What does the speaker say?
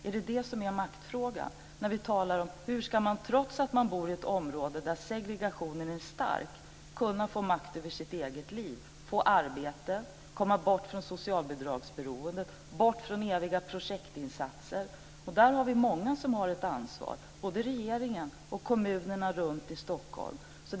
Är det detta som är maktfrågan när vi talar om hur man, trots att man bor i ett område där segregationen är stark, ska kunna få makt över sitt eget liv, få arbete, komma bort från socialbidragsberoende och komma bort från eviga projektinsatser? Och där har vi många som har ett ansvar, både regeringen och kommunerna runt Stockholm.